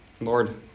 Lord